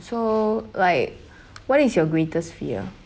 so like what is your greatest fear